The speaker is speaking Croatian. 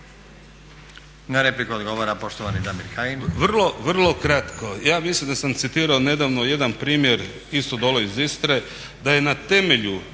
Na repliku odgovara poštovani Damir Kajin.